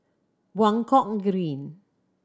Buangkok Green